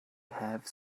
have